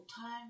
time